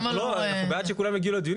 אנחנו בעד שכולם יגיעו לדיונים.